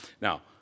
Now